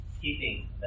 keeping